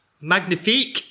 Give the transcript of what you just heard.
Magnifique